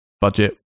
budget